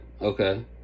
Okay